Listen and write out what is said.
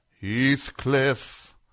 Heathcliff